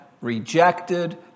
rejected